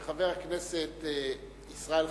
שחבר הכנסת ישראל חסון,